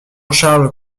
charles